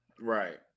Right